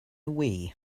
wii